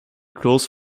close